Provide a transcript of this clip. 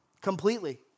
completely